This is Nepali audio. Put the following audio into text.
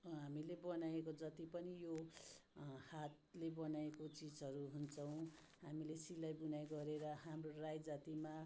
हामीले बनाएको जति पनि यो हातले बनाएको चिजहरू हुन्छ हामीले सिलाइ बुनाइ गरेर हाम्रो राई जातिमा